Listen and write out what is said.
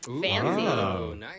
Fancy